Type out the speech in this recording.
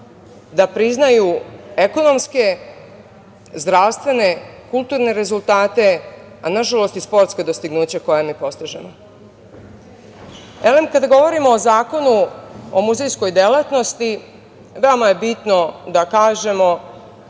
da priznaju ekonomske, zdravstvene, kulturne rezultate, a nažalost i sportska dostignuća koja mi postižemo. Elem, kada govorimo o Zakonu o muzejskoj delatnosti, veoma je bitno da kažemo